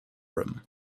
room